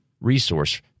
resource